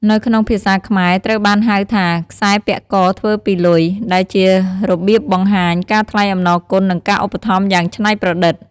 នៅក្នុងភាសាខ្មែរ ត្រូវបានហៅថា "ខ្សែពាក់កធ្វើពីលុយ" ដែលជារបៀបបង្ហាញការថ្លែងអំណរគុណនិងការឧបត្ថម្ភយ៉ាងច្នៃប្រឌិត។